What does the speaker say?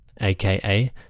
aka